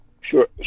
Sure